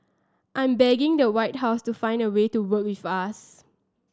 I'm begging the White House to find a way to work with us